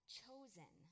chosen